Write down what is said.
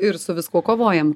ir su viskuo kovojam